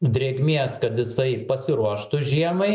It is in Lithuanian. drėgmės kad jisai pasiruoštų žiemai